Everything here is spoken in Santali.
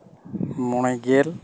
ᱢᱚᱬᱮ ᱜᱮᱞ